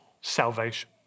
salvation